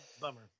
bummer